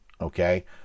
Okay